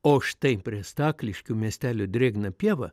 o štai prie stakliškių miestelio drėgną pievą